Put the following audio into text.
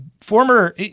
former